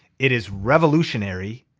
it is revolutionary,